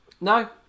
No